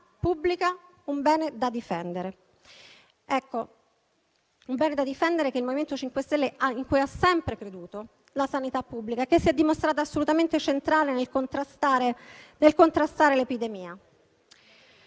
pubblica è un bene da difendere in cui il MoVimento 5 Stelle ha sempre creduto. La sanità pubblica si è dimostrata assolutamente centrale nel contrastare l'epidemia.